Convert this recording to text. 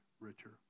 richer